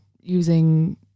using